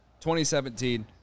2017